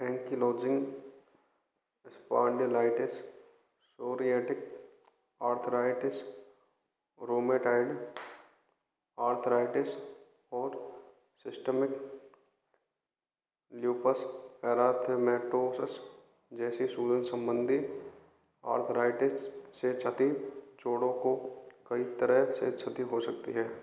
ankylosing spondylitis psoriatic arthritis rheumatoid arthritis और systemic lupus erythematosus जैसी सूझन संबंधी ऑर्थराइटिस से क्षति जोड़ों को कई तरह से क्षति हो सकती है